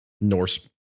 Norse